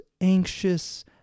anxious